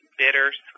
Bittersweet